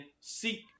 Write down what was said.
seek